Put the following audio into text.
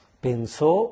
pensó